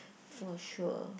for sure